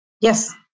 yes